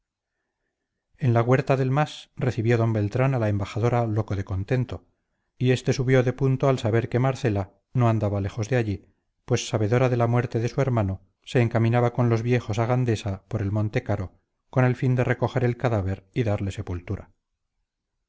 en la huerta del mas recibió d beltrán a la embajadora loco de contento y este subió de punto al saber que marcela no andaba lejos de allí pues sabedora de la muerte de su hermano se encaminaba con los viejos a gandesa por el monte caro con el fin de recoger el cadáver y darle sepultura